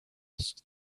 asked